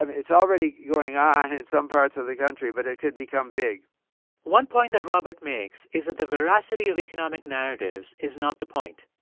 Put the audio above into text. um it's already going on in some parts of the country, but it could become big one point that robert makes is that the veracity of economic narratives is not the point.